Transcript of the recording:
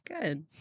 good